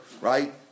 right